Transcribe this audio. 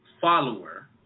follower